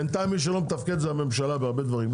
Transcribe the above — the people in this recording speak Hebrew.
בינתיים מי שלא מתפקד זו הממשלה בהרבה דברים,